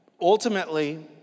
ultimately